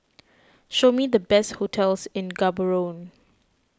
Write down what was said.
show me the best hotels in Gaborone